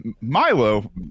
milo